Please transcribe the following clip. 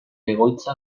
egoitza